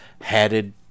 hatted